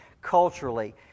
culturally